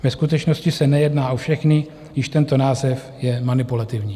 Ve skutečnosti se nejedná o všechny, již tento název je manipulativní.